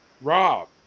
Rob